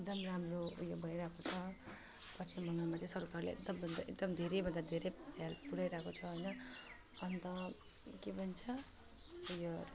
एकदम राम्रो ऊ यो भइरहेको छ पश्चिम बङ्गालमा चाहिँ सरकारले एकदमभन्दा एकदम धेरैभन्दा धेरै हेल्प पुऱ्याइराको छ होइन अन्त के भन्छ ऊ यो